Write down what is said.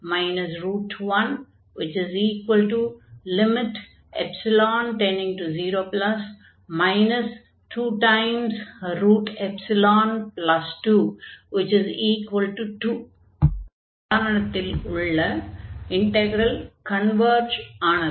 ϵ→0 22 2 உதாரணத்தில் உள்ள integral converge ஆனது